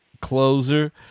Closer